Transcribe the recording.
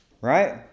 right